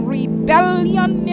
rebellion